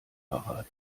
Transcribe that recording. parat